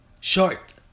short